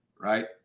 right